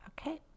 Okay